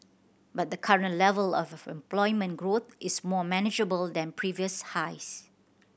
but the current level of employment growth is more manageable than previous highs